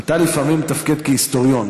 אתה לפעמים מתפקד כהיסטוריון,